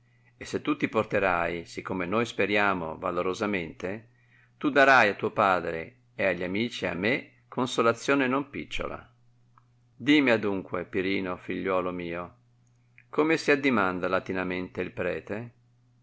e se tu ti porterai sì come noi speriamo valorosamente tu darai a tuo padre e a gli amici e a me consolazione non picciola dimmi adunque pirino figliuolo mio come si addimanda latinamente il prete